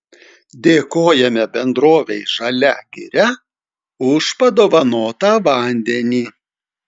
dėkojame bendrovei žalia giria už padovanotą vandenį